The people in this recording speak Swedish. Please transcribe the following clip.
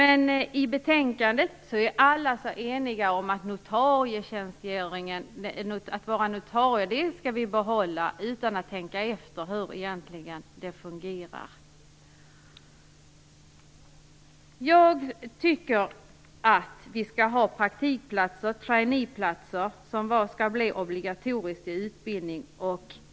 Enligt betänkandet är utskottet enigt om att notarietjänstgöringen är något som skall behållas - utan att tänka efter hur den egentligen fungerar. Jag tycker att det skall bli obligatoriskt med praktikplatser - trainee-platser - i utbildningen.